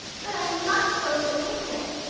but i must go to the picnic.